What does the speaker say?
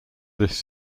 this